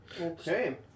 Okay